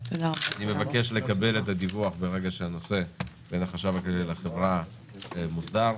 בע"מ בהתאם לסעיף 10 לחוק החברות הממשלתיות,